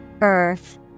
Earth